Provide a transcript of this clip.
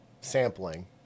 sampling